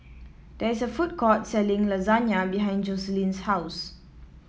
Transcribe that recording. there is a food court selling Lasagne behind Joseline's house